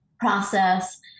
process